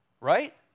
Right